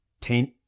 taint